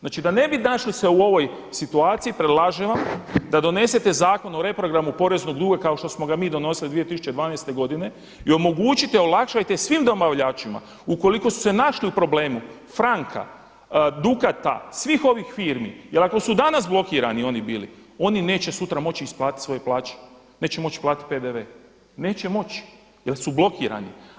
Znači da se ne bi našli u ovoj situaciji predlažem vam da donesete Zakon o reprogramu poreznog duga kao što smo ga mi donosili 2012. godine i omogućite olakšajte svim dobavljačima ukoliko su se našli u problemu Franka, Dukata svih ovih firmi jer ako su danas blokirani oni bili oni neće sutra moći isplatiti svoje plaće, neće moći platiti PDV, neće moći jer su blokirani.